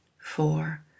four